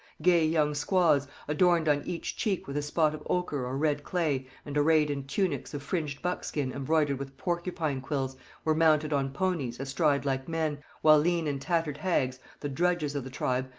gay young squaws adorned on each cheek with a spot of ochre or red clay and arrayed in tunics of fringed buckskin embroidered with porcupine quills were mounted on ponies, astride like men while lean and tattered hags the drudges of the tribe,